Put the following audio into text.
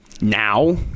now